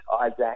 Isaac